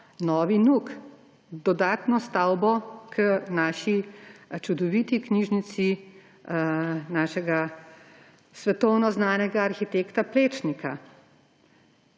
novi NUK, dodatno stavbo k naši čudoviti knjižnici našega svetovno znanega arhitekta Plečnika.